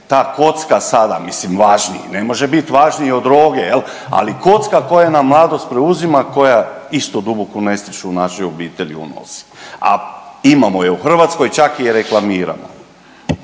ta kocka sada, mislim važniji, ne može bit važniji od droge jel, ali kocka koja nam mladost preuzima, koja isto duboku nesreću u naše obitelji unosi, a imamo je u Hrvatskoj, čak je i reklamiramo.